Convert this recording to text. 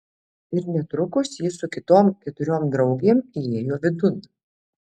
ir netrukus ji su kitom keturiom draugėm įėjo vidun